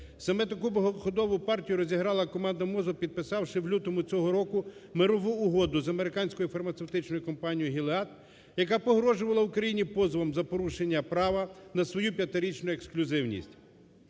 Саме таку ходову партію розіграла команда МОЗу, підписавши в лютому цього року мирову угоду з американською фармацевтичною компанією "Gilead", яка погрожувала Україні позовом за порушення права на свою п'ятирічну ексклюзивність.